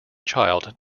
child